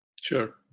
Sure